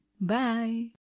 Bye